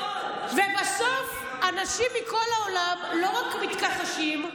ובסוף אנשים מכל העולם לא רק מתכחשים,